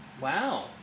Wow